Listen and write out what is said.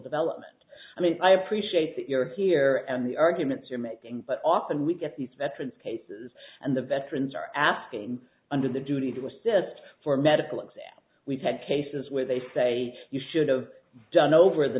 development i mean i appreciate that you're here and the arguments you're making but often we get these veterans cases and the veterans are asking under the duty to assist for a medical exam we've had cases where they say you should've done over the